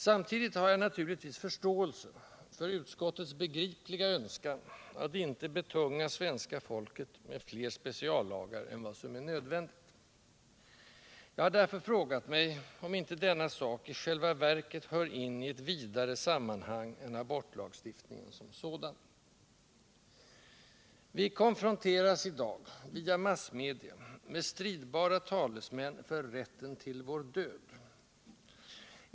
Samtidigt har jag naturligtvis förståelse för utskottets begripliga önskan att icke betunga svenska folket med flera speciallagar än vad som är nödvändigt. Jag har därför frågat mig, om icke denna sak i själva verket bör ingå i ett vidare sammanhang än abortlagstiftningen som sådan. Vi konfronteras i dag via massmedia med stridbara talesmän för ”rätten till vår död”.